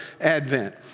Advent